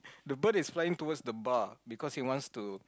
the bird is flying towards the bar because he wants to